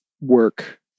work